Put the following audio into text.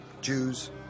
Jews